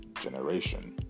generation